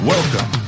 Welcome